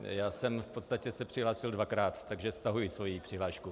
Já jsem se v podstatě přihlásil dvakrát, takže stahuji svoji přihlášku.